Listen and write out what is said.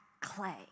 clay